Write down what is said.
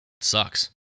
Sucks